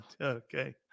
Okay